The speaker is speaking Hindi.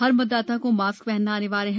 हर मतदाता को मास्क हनना अनिवार्य है